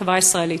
בחברה הישראלית.